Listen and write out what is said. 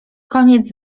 koniec